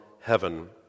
heaven